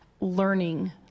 learning